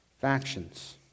factions